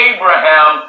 Abraham